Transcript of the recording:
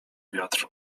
wiatr